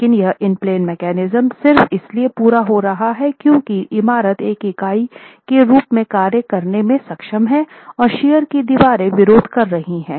लेकिन वह इन प्लेन मैकेनिज्म सिर्फ इसलिए पूरा हो रहा है क्यूंकि इमारत एक इकाई के रूप में कार्य करने में सक्षम है और शियर की दीवारें विरोध कर रही हैं